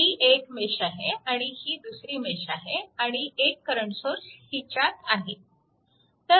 ही एक मेश आहे आणि ही दुसरी मेश आहे आणि एक करंट सोर्स हिच्यात आहे